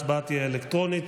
ההצבעה תהיה אלקטרונית.